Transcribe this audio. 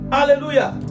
Hallelujah